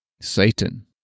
Satan